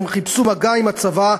הם חיפשו מגע עם הצבא.